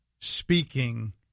speaking